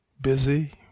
busy